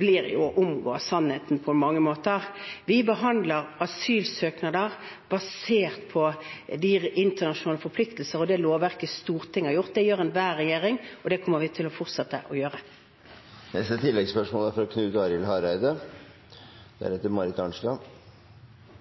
blir å omgå sannheten på mange måter. Vi behandler asylsøknader basert på internasjonale forpliktelser og det lovverket Stortinget har vedtatt. Det gjør enhver regjering, og det kommer vi til å fortsette å gjøre. Knut Arild Hareide – til oppfølgingsspørsmål. Eg er